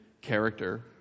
character